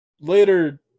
later